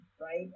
right